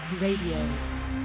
Radio